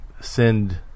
send